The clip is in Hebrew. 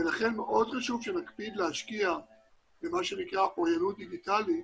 לכן מאוד חשוב שנקפיד להשקיע במה שנקרא אוריינות דיגיטלית.